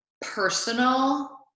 personal